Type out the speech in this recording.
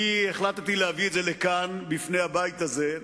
אני החלטתי להביא את זה לכאן, בפני הבית הזה,